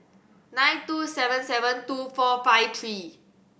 nine two seven seven two four five three